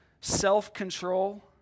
self-control